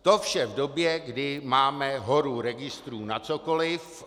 To vše v době, kdy máme horu registrů na cokoliv.